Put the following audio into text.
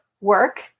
work